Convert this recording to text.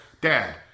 Dad